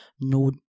no